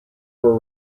were